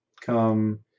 come